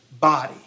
body